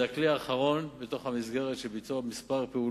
זה הכלי האחרון במסגרת של ביצוע כמה פעולות